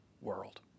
world